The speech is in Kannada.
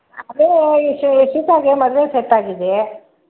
ಅದೇ ಇಶಿತಾಗೆ ಮದುವೆ ಸೆಟ್ ಆಗಿದೆ